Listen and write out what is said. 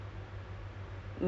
kau orang dua